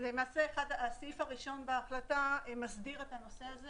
למעשה הסעיף הראשון בהחלטה מסדיר את הנושא הזה